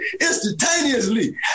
instantaneously